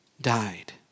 died